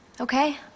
okay